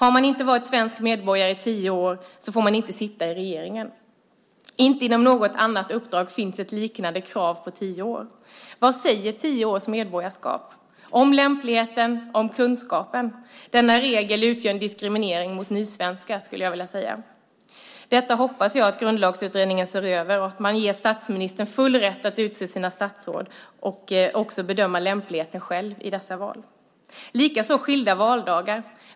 Om man inte har varit svensk medborgare i tio år får man inte sitta i regeringen. Inte inom något annat uppdrag finns ett liknande krav på tio år. Vad säger tio års medborgarskap om lämplighet och kunskap? Regeln är en diskriminering mot nysvenskar. Jag hoppas att Grundlagsutredningen ser över detta och att man ger statsministern full rätt att utse sina statsråd och själv bedöma lämpligheten i dessa val. Jag vill också säga något om skilda valdagar.